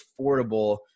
affordable